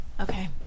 Okay